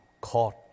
caught